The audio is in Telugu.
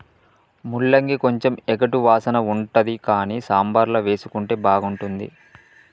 ముల్లంగి కొంచెం ఎగటు వాసన ఉంటది కానీ సాంబార్ల వేసుకుంటే బాగుంటుంది